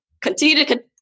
continue